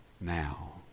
now